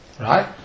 right